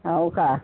हो का